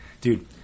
dude